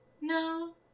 No